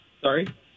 Sorry